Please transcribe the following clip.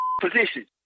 Position